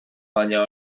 baina